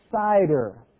cider